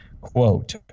quote